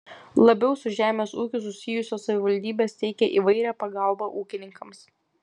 labiau su žemės ūkiu susijusios savivaldybės teikia įvairią pagalbą ūkininkams